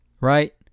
Right